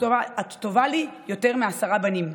את טובה לי יותר מעשרה בנים.